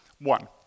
One